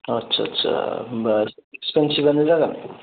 आथ्सा आथ्सा होमब्ला बेसेबांसेब्लानो जागोन